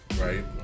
right